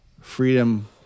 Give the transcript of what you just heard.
Freedom